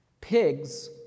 Pigs